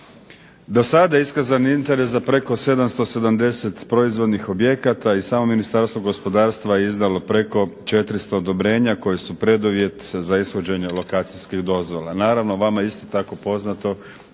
dosada iskazan interes za preko 770 proizvodnih objekata i samo Ministarstvo gospodarstva je izdalo preko 400 odobrenja koji su preduvjet za ishođenje lokacijskih dozvola. Naravno, vama je isto tako poznato